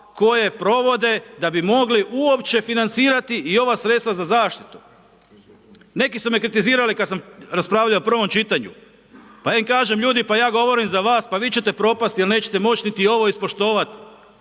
koje provode da bi mogli uopće financirati i ova sredstva za zaštitu. Neki su me kritizirali kada sam raspravljao o prvom čitanju. Pa ja im kažem, ljudi pa ja govorim za vas, pa vi ćete propasti jer nećete moći niti ovo ispoštovati.